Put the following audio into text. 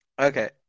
Okay